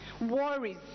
worries